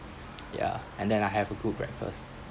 yeah and then I have a good breakfast